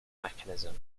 mechanism